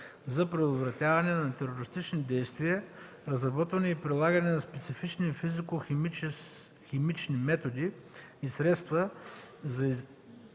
за предотвратяване на терористични действия, разработване и прилагане на специфични физико-химични методи и средства и извършване